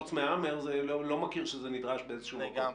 לא מכיר שזה נדרש באיזשהו מקום.